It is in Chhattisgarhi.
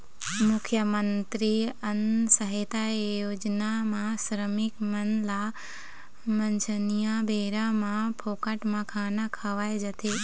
मुख्यमंतरी अन्न सहायता योजना म श्रमिक मन ल मंझनिया बेरा म फोकट म खाना खवाए जाथे